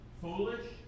foolish